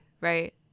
right